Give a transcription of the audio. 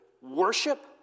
worship